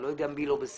אני לא יודע מי לא בסדר.